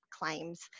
claims